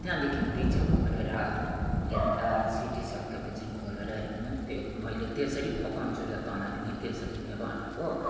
त्याँदेखिन् पछि खोलेर हेर् सिटी सकेपछि खोलेर हेर्नु त्यो मैले त्यसरी पकाउँछु र तँलाई पनि त्यसरी नै भनेको